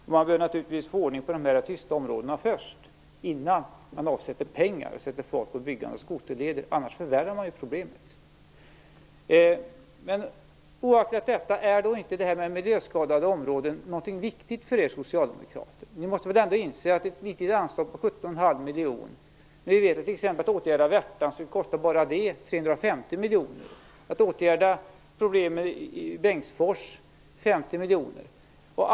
Och man bör naturligtvis få ordning på de tysta områdena först, innan man avsätter pengar till och börjar bygga skoterleder - annars förvärrar man problemet. Oaktat detta, är inte det här med miljöskadade områden någonting viktigt för er socialdemokrater? Ni måste väl ändå inse att det inte räcker med ett anslag på 17 1⁄2 miljon när vi vet att det t.ex. skulle kosta 350 miljoner bara att åtgärda Värtan och 50 miljoner att åtgärda problemen i Bengtsfors.